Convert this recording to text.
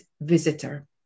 visitor